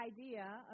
idea